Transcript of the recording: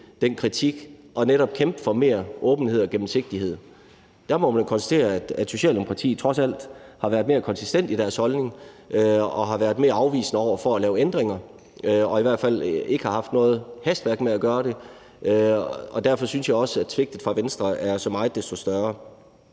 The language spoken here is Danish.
den kritik og netop kæmpe for mere åbenhed og gennemsigtighed. Der må man konstatere, at Socialdemokratiet trods alt har været mere konsistente i deres holdning og har været mere afvisende over for at lave ændringer og i hvert fald ikke har haft noget hastværk med at gøre det. Derfor synes jeg også, at svigtet fra Venstres side er så meget desto større.